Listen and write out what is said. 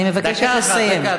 אני מבקשת לסיים.